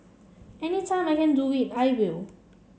any time I can do it I will